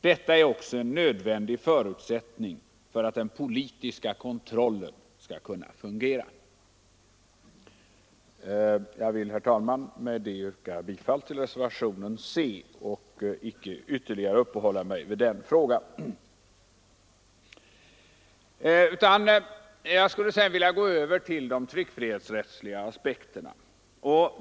Detta är också en nödvändig förutsättning för att den politiska kontrollen skall kunna fungera.” Jag vill, herr talman, inte ytterligare uppehålla mig vid denna fråga utan yrkar bifall till reservationen C. Jag skulle sedan vilja gå över till de tryckfrihetsrättsliga aspekterna.